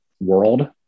world